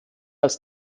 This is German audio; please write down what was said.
als